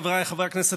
חבריי חברי הכנסת,